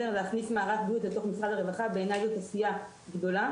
להכניס מערך בריאות לתוך משרד הרווחה בעיני זאת עשייה גדולה,